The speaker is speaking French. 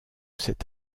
cet